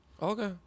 Okay